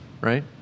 right